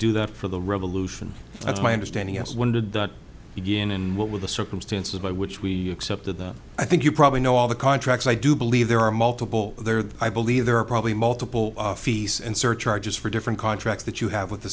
do that for the revolution that's my understanding yes when did the begin and what were the circumstances by which we accepted them i think you probably know all the contracts i do believe there are multiple there that i believe there are probably multiple fees and surcharges for different contracts that you have with the